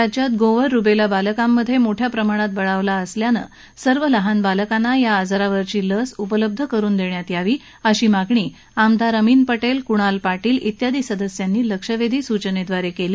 राज्यात गोवर रुबेला बालकांमध्ये मोठ्या प्रमाणात बळावला असल्यानं सर्व लहान बालकांना या आजारावरील लस उपलब्ध करुन देण्यात यावी अशी मागणी आमदार अमीन पटेल कुणाल पाटील आदी सदस्यांनी लक्षवेधी सूचनेद्वारे केली